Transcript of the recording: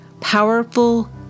powerful